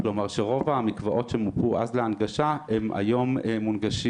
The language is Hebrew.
כלומר רוב המקוואות שמופו הם היום מונגשים.